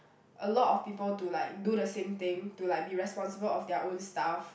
a lot of people to like do the same thing to like be responsible of their own stuff